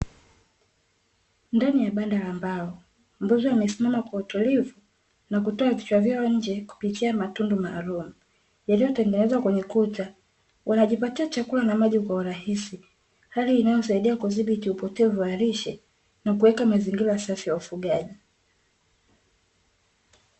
Ndani ya banda la mbao, mbuzi wamesimama kwa utulivu na kutoa vichwa vyao nje kupitia matundu maaruwa, yaliyotengenezwa kwenye kuta. Wanajipatia chakula na maji kwa urahisi, hali inayosaidia kudhibiti upotevu wa lishe na kuweka mazingira safi ya ufugaji.